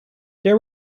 there